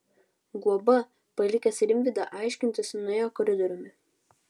guoba palikęs rimvydą aiškintis nuėjo koridoriumi